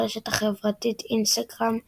ברשת החברתית אינסטגרם ג'יי.